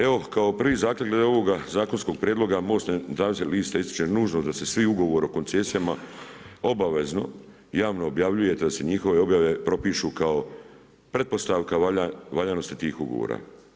Evo, kao prvi zahtjev glede ovoga zakonskog prijedloga, MOST Nezavisnih lista ističe nužno da se svi ugovori o koncesijama obavezno javno objavljuje, te da se njihove objave propišu kao pretpostavka valjanosti tih ugovora.